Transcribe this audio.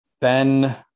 Ben